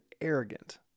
arrogant